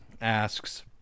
asks